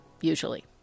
usually